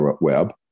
Web